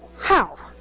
house